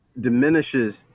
diminishes